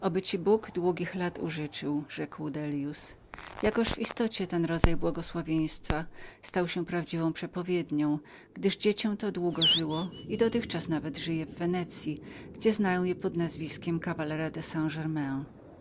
oby ci bóg długich lat użyczył rzekł dellius jakoż w istocie ten rodzaj błogosławieństwa stał się prawdziwą przepowiednią gdyż dziecie to długo żyło i dotychczas nawet żyje w wenecyi gdzie znają je pod nazwiskiem hrabiego st